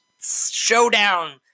showdown